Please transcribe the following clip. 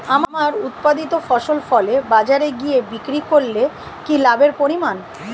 আমার উৎপাদিত ফসল ফলে বাজারে গিয়ে বিক্রি করলে কি লাভের পরিমাণ?